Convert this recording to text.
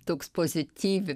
toks pozityvi